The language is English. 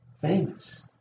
famous